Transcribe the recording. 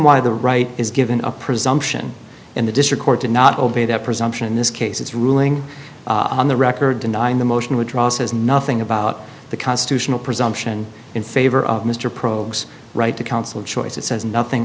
why the right is given a presumption in the district court to not obey that presumption in this case it's ruling on the record denying the motion withdraw says nothing about the constitutional presumption in favor of mr probs right to counsel choice it says nothing